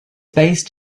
based